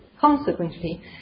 Consequently